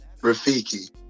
Rafiki